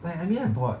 wel~ I mean I bought